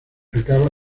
acaba